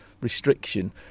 restriction